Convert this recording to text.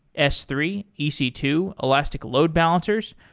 s three, e c two, elastic load balancers,